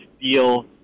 deal